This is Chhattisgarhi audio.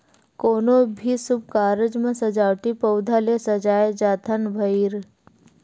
कोनो भी सुभ कारज म सजावटी पउधा ले सजाए जाथन भइर